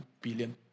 billion